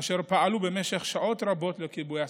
אשר פעלו במשך שעות רבות לכיבוי השרפה.